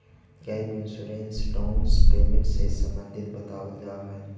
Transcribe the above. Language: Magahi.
गैप इंश्योरेंस डाउन पेमेंट से संबंधित बतावल जाऽ हई